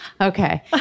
Okay